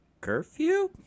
Curfew